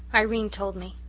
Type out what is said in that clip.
irene told me,